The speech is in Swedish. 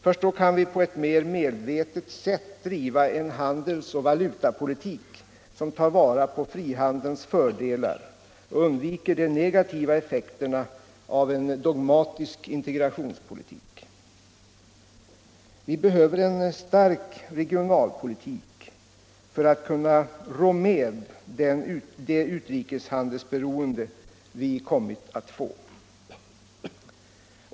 Först då kan vi på ett mer medvetet sätt driva en handelsoch valutapolitik som tar vara på frihandelns fördelar och undviker de negativa effekterna av en dogmatisk integrationspolitik. Vi behöver en stark regionalpolitik för att kunna rå med det utrikeshandelsberoende vi kommit att få.